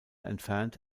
entfernt